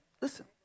Listen